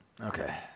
okay